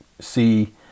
see